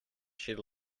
shed